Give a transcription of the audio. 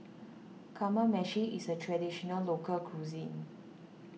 Kamameshi is a Traditional Local Cuisine